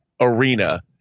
arena